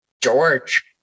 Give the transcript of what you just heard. George